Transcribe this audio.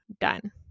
done